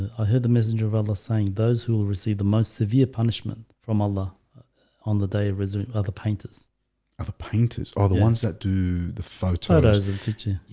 i heard the messenger of allah saying those who will receive the most severe punishment from allah on the day reserve other painters other painters are the ones that do the photos in future.